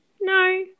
No